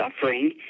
suffering